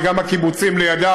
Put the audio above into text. וגם הקיבוצים לידה,